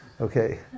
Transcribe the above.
Okay